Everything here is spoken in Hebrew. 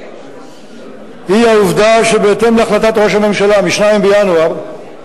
הוא העובדה שבהתאם להחלטת ראש הממשלה מ-2 בינואר,